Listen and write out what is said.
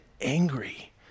angry